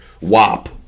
wop